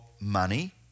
money